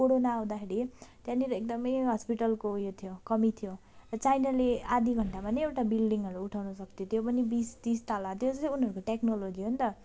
corona आउँदाखेरि त्यहाँनिर एकदम हस्पिटलको उयो थियो कमी थियो र चाइनाले आधी घण्टामा नै एउटा बिल्डिङहरू उठाउन सक्थ्यो त्यो पनि बिस तिस तला त्यो चाहिँ उनीहरूको टेक्नोलोजी हो नि त